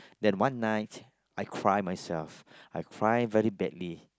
then one night I cry myself I cry very badly